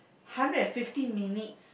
hundred and fifty minutes